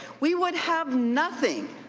we would have nothing